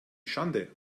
schande